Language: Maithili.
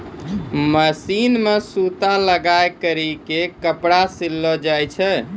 मशीन मे सूता लगाय करी के कपड़ा सिलो जाय छै